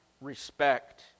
respect